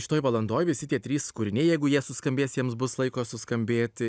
šitoj valandoj visi tie trys kūriniai jeigu jie suskambės jiems bus laiko suskambėt tai